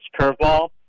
curveball